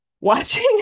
watching